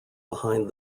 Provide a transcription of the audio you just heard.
behind